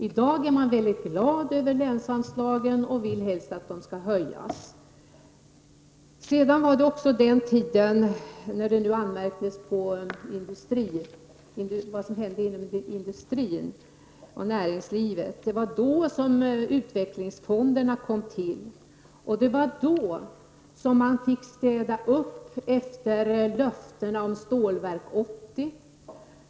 I dag är man glad över länsanslagen och ser helst att de skall höjas. Det anmärktes på vad som hände inom industrin och näringslivet, men det var under den där tiden som utvecklingsfonderna kom till. Det var då som man fick städa upp efter löftena om Stålverk 80.